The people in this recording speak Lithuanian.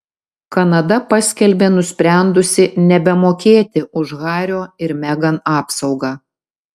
kanada paskelbė nusprendusi nebemokėti už hario ir megan apsaugą